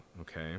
Okay